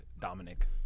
Dominic